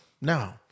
No